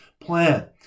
plan